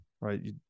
right